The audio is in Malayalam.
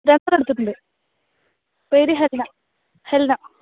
രണ്ടെണ്ണം എടുത്തിട്ടുണ്ട് പേര് ഹെല്ന ഹെല്ന